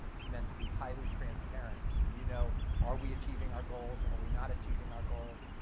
it's meant to be highly transparent so you know are we achieving our goals, are we not achieving our goals,